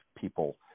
people